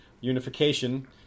unification